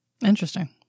Interesting